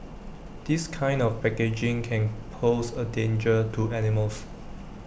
this kind of packaging can pose A danger to animals